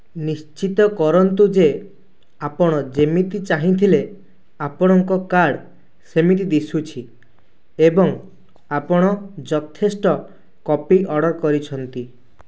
ନିଶ୍ଚିତ କରନ୍ତୁ ଯେ ଆପଣ ଯେମିତି ଚାହିଁଥିଲେ ଆପଣଙ୍କ କାର୍ଡ଼୍ ସେମିତି ଦିଶୁଛି ଏବଂ ଆପଣ ଯଥେଷ୍ଟ କପି ଅର୍ଡ଼ର୍ କରିଛନ୍ତି